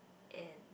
and